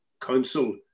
Council